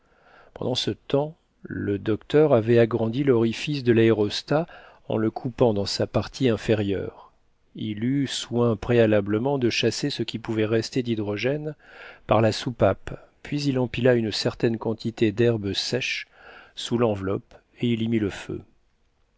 pendant ce temps le docteur avait agrandi l'orifice de l'aérostat en le coupant dans sa partie inférieure il eut soin préalablement de chasser ce qui pouvait rester d'hydrogène par la soupape puis il empila une certaine quantité d'herbe sèche sous l'enveloppe et il y mit le feu